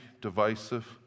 divisive